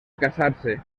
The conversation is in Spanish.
casarse